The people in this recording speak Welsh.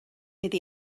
iddi